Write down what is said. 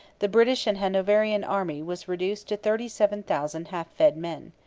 the british and hanoverian army was reduced to thirty seven thousand half-fed men.